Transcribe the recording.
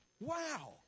Wow